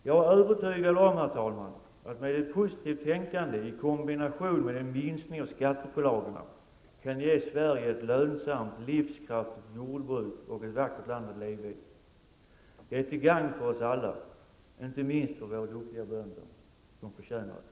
Jag är övertygad om, herr talman, att vi med ett positivt tänkande i kombination med en minskning av skattepålagorna kan ge Sverige ett lönsamt, livskraftigt jordbruk och ett vackert land att leva i. Det är till för gagn för oss alla, inte minst för våra duktiga bönder. De förtjänar det.